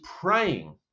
praying